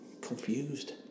Confused